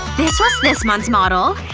this was this month's model